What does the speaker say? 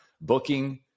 booking